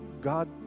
God